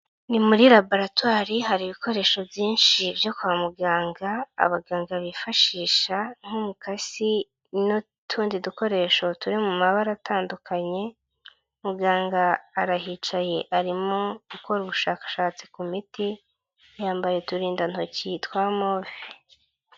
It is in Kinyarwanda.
Ni muri laboratwari hari ibikoresho byinshi byo kwa muganga, abaganga bifashisha nk'umukasi n'utundi dukoresho turi mu mabara atandukanye, muganga arahicaye arimo gukora ubushakashatsi ku miti, yambaye uturindantoki twa move.